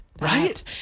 Right